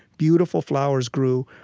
beautiful flowers grew,